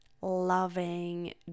loving